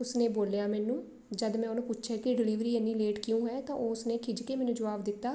ਉਸਨੇ ਬੋਲਿਆ ਮੈਨੂੰ ਜਦ ਮੈਂ ਉਹਨੂੰ ਪੁੱਛਿਆ ਕਿ ਡਿਲੀਵਰੀ ਐਨੀ ਲੇਟ ਕਿਉਂ ਹੈ ਤਾਂ ਉਸ ਨੇ ਖਿੱਝ ਕੇ ਮੈਨੂੰ ਜਵਾਬ ਦਿੱਤਾ